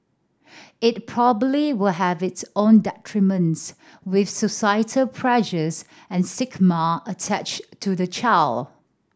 it probably will have its own deterrents with societal pressures and attached to the child